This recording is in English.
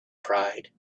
pride